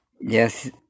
Yes